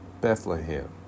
Bethlehem